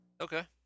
Okay